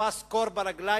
תפס קור ברגליים,